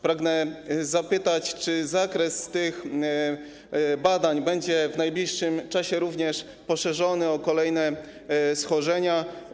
Pragnę zapytać, czy zakres tych badań będzie w najbliższym czasie poszerzony o kolejne schorzenia.